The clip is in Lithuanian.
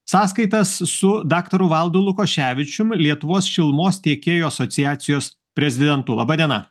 sąskaitas su daktaru valdu lukoševičium lietuvos šilumos tiekėjų asociacijos prezidentu laba diena